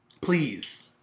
Please